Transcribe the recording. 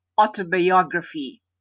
autobiography